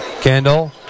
Kendall